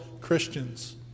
Christians